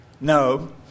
No